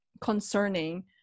concerning